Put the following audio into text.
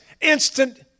instant